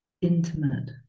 intimate